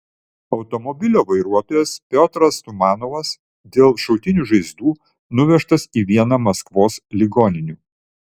automobilio vairuotojas piotras tumanovas dėl šautinių žaizdų nuvežtas į vieną maskvos ligoninių